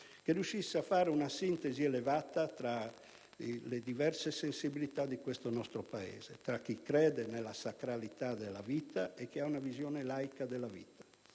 che raggiungesse una sintesi elevata tra le diverse sensibilità di questo nostro Paese, tra chi crede nella sacralità della vita e chi ha una visione laica di essa.